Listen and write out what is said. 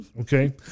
Okay